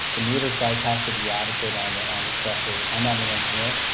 the meter size has to be adequate on the um the pressure. i'm not an engineer,